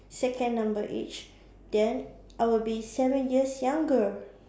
second number age then I would be seven years younger